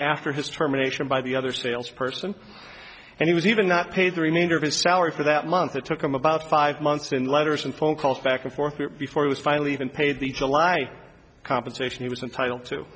after his terminations by the other salesperson and he was even not paid the remainder of his salary for that month it took him about five months in letters and phone calls back and forth before he was finally even paid the july compensation he was entitled to